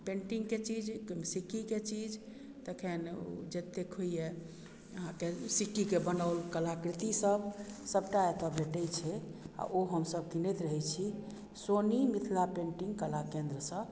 painting के चीज सिक्कीके चीज तखन जतेक होइया आहाँके सिक्कीके बनाओल कलाकृति सब सबटा एतय भेटै छै आ ओ हमसब कीनैत रहै छी सोनी मिथिला पेन्टिंग कला केन्द्रसँ